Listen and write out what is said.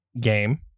game